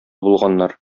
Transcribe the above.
булганнар